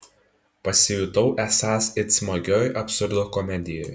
pasijutau esąs it smagioj absurdo komedijoj